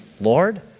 Lord